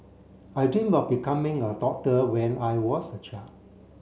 I dream of becoming a doctor when I was a child